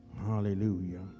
hallelujah